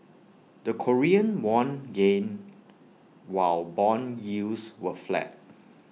the Korean won gained while Bond yields were flat